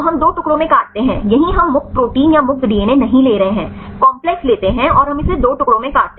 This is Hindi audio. तो हम 2 टुकड़ों में काटते हैं यहीं हम मुक्त प्रोटीन या मुक्त डीएनए नहीं ले रहे हैं काम्प्लेक्स लेते हैं और हम इसे 2 टुकड़ों में काटते हैं